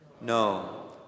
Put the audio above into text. No